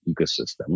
ecosystem